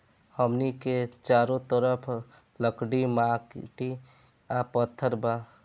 हमनी के चारो तरफ लकड़ी माटी आ पत्थर बा